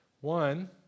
One